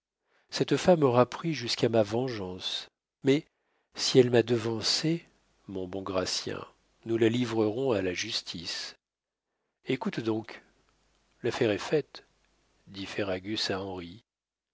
cette femme m'aura pris jusqu'à ma vengeance mais si elle m'a devancé mon bon gratien nous la livrerons à la justice écoute donc l'affaire est faite dit ferragus à